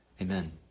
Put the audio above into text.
Amen